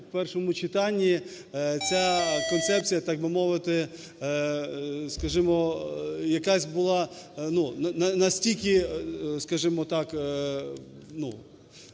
у першому читанні ця концепція, так би мовити, скажімо, якась була настільки, скажімо так,